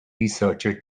researcher